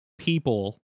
People